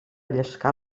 llescar